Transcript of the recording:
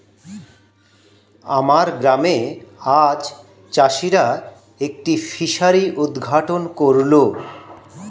আমার গ্রামে আজ চাষিরা একটি ফিসারি উদ্ঘাটন করল